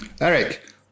Eric